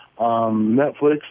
Netflix